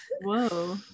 Whoa